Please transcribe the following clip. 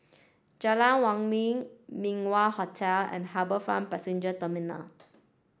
Jalan Min Wah Hotel and HarbourFront Passenger Terminal